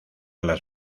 las